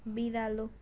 बिरालो